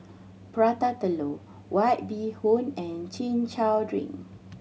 Prata Telur White Bee Hoon and Chin Chow drink